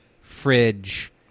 fridge